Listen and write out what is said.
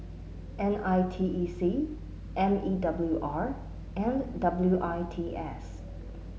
N I T E C M E W R and W I T S